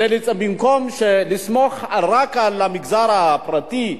במקום לסמוך רק על המגזר הפרטי,